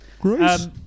Great